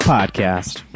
Podcast